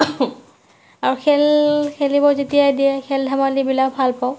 আৰু খেল খেলিব যেতিয়াই দিয়ে খেল ধেমালিবিলাক ভালপাওঁ